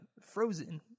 Frozen